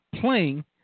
playing